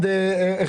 אני